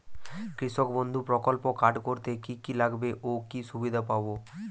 কৃষক বন্ধু প্রকল্প কার্ড করতে কি কি লাগবে ও কি সুবিধা পাব?